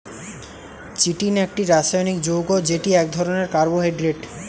chitin একটি রাসায়নিক যৌগ্য যেটি এক ধরণের কার্বোহাইড্রেট